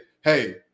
hey